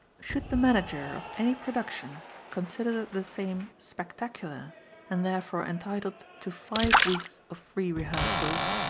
should the manager of any production consider the same spectacular and therefore entitled to five weeks of free rehearsals,